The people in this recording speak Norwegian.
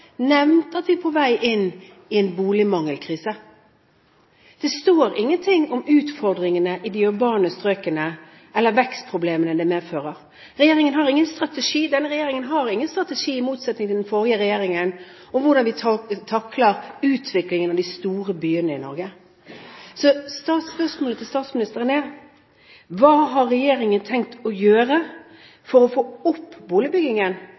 at vi er på vei inn i en boligmangelkrise. Det står ingenting om utfordringene i de urbane strøkene eller vekstproblemene det medfører. Regjeringen har ingen strategi. Denne regjeringen har ingen strategi – i motsetning til den forrige regjeringen – for hvordan vi takler utviklingen i de store byene i Norge. Så spørsmålet til statsministeren er: Hva har regjeringen tenkt å gjøre for å få opp boligbyggingen?